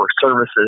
services